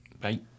Bye